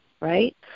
right